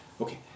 okay